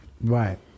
Right